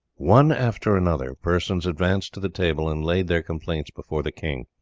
one after another, persons advanced to the table and laid their complaints before the king